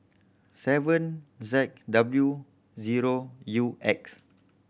seven Z W zero U X